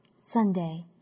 Sunday